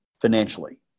financially